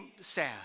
sad